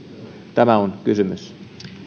tämä on kysymys